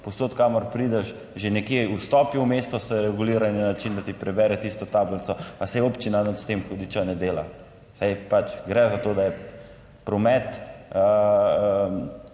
povsod, kamor prideš, že nekje vstopi v mesto, se regulirajo na način, da ti prebere tisto tablico, pa saj občina nič s tem, hudiča, ne dela. Saj pač gre za to, da je promet